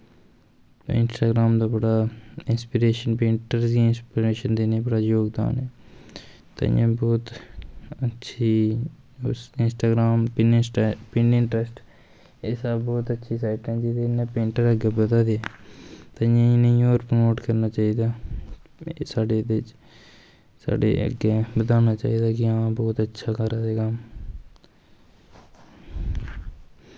Instagram दा बड़ा inspiration देनें पर पेंटर दा बड़ा योगदान ऐ तांईयैं बौह्त अच्छी इंस्टाग्रम पिन इंस्टा एह् सब अच्छी साईटां नै जेह्दे कन्नैं सब पेंटर अग्गैं बधा दे ते इनेंगी होर परमोट करनां चाही दा साढ़े अग्गैं एह्दे च साढ़े अग्गैं बधानां चाही दा जां बौह्त अच्छा करा दे कम्म